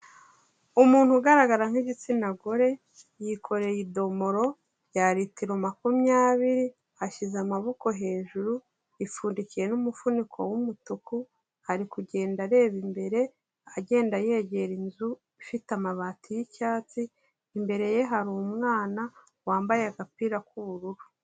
Umuntu ugaragara nk'igitsina gore yikoreye idomoro rya litiro makumyabiri, ashyize amaboko hejuru ipfundikiye n'umufuniko wumutuku, ari kugenda areba imbere agenda yegera inzu ifite amabati y'icyatsi, imbere ye hari umwana wambaye agapira k'ubururu.